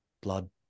blood